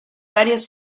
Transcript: varios